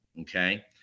Okay